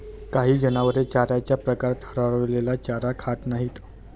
काही जनावरे चाऱ्याच्या प्रकारात हरवलेला चारा खात नाहीत